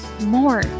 more